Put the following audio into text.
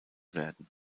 werden